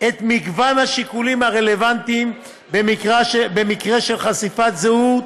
את מגוון השיקולים הרלוונטיים במקרה של חשיפת זהות